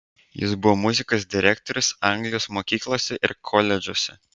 jis buvo muzikos direktorius anglijos mokyklose ir koledžuose